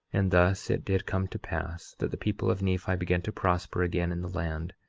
and thus it did come to pass that the people of nephi began to prosper again in the land,